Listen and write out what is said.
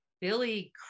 Billy